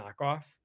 knockoff